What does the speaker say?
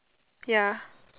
ya